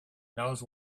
knows